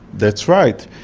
that's right.